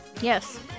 Yes